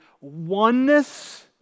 oneness